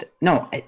no